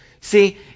See